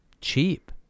cheap